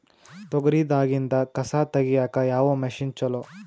ತೊಗರಿ ದಾಗಿಂದ ಕಸಾ ತಗಿಯಕ ಯಾವ ಮಷಿನ್ ಚಲೋ?